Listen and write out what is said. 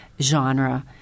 genre